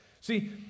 See